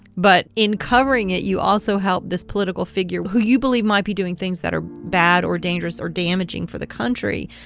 but in covering it, you also help this political figure who you believe might be doing things that are bad or dangerous or damaging for the country.